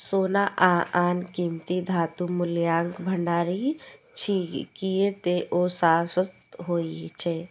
सोना आ आन कीमती धातु मूल्यक भंडार छियै, कियै ते ओ शाश्वत होइ छै